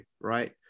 right